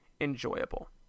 enjoyable